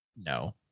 No